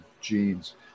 genes